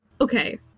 Okay